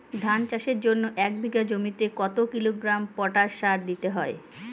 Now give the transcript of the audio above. ধান চাষের জন্য এক বিঘা জমিতে কতো কিলোগ্রাম পটাশ সার দিতে হয়?